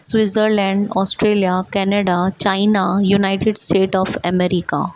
Switzerland Australia Canada China United States of America